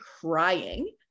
crying